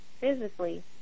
physically